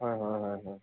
হয় হয় হয় হয়